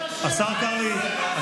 והשר קרעי.